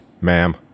ma'am